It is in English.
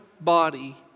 body